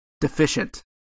deficient